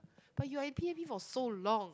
but you are in P and B for so long